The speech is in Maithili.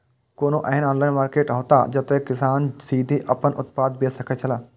कोनो एहन ऑनलाइन मार्केट हौला जते किसान सीधे आपन उत्पाद बेच सकेत छला?